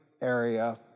area